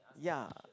ya